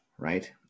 Right